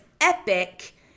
epic